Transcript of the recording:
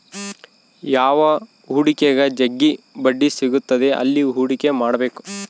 ಯಾವ ಹೂಡಿಕೆಗ ಜಗ್ಗಿ ಬಡ್ಡಿ ಸಿಗುತ್ತದೆ ಅಲ್ಲಿ ಹೂಡಿಕೆ ಮಾಡ್ಬೇಕು